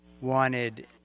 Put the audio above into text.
wanted